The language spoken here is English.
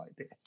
idea